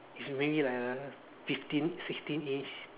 it's maybe like a fifteen sixteen inch